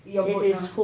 your vote now